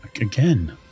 Again